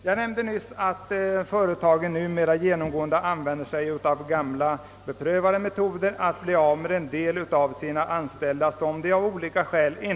Jag nämnde att företagen numera använder sig av gamla beprövade metoder för att bli av med vissa av sina anställda.